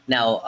Now